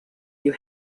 you